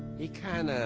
he kind of